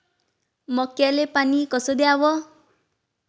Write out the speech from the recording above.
मक्याले पानी कस द्याव?